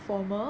formal